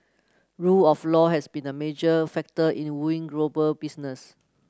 rule of law has been a major factor in wooing business